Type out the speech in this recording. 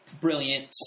Brilliant